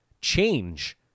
change